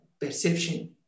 perception